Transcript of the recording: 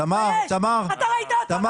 תמר, תני